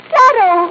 Shadow